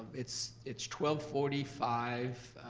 it's it's twelve forty five,